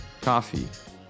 coffee